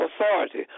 authority